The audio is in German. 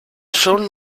schon